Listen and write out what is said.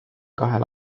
kahel